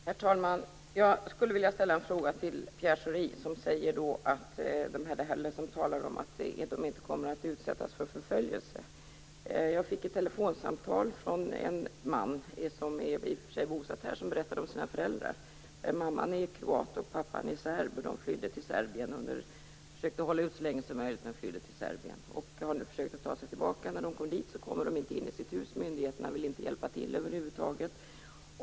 Herr talman! Jag vill ställa en fråga till Pierre Schori. Han talar om att de här människorna inte kommer att utsättas för förföljelse. Jag fick ett telefonsamtal från en man som är bosatt i Sverige. Han berättade om sina föräldrar. Mamman är kroat och pappan serb. De försökte hålla ut så länge som möjligt, men flydde sedan till Serbien. Nu har de försökt ta sig tillbaka, men när de kom till Kroatien kom de inte in i sitt hus. Myndigheterna vill inte hjälpa till över huvud taget.